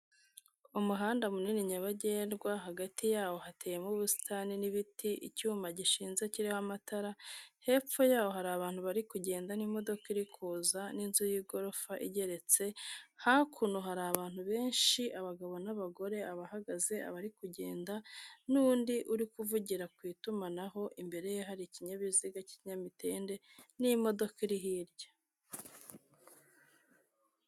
Umuhanda munini nyabagendwa, hagati yawo hateyemo ubusitani n'ibiti, icyuma gishinze kiriho amatara, hepfo yaho hari abantu bari kugenda n'imodoka iri kuza n'inzu y'igorofa igeretse, hakuno hari abantu benshi abagabo n'abagore, abahagaze abari kugenda n'undi uri kuvugira ku itumanaho, imbere ye hari ikinyabiziga k'ikinyamitende n'imodoka iri hirya.